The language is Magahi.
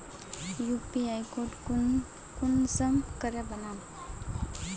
यु.पी.आई कोड कुंसम करे बनाम?